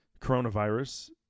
coronavirus